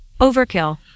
Overkill